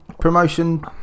promotion